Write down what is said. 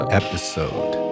episode